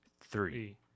Three